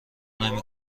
نمی